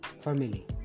family